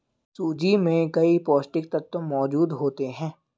सूजी में कई पौष्टिक तत्त्व मौजूद होते हैं